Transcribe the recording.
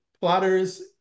plotters